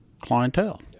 clientele